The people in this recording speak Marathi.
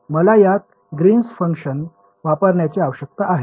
मला यात ग्रीन्स फंक्शन वापरण्याची आवश्यकता आहे